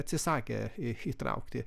atsisakė įtraukti